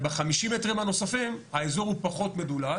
וב-50 מטרים הנוספים האזור הוא פחות מדולל